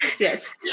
Yes